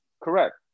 Correct